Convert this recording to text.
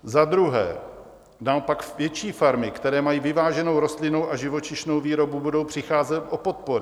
Za druhé naopak větší farmy, které mají vyváženou rostlinnou a živočišnou výrobu, budou přicházet o podpory.